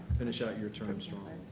finish out your term strongly.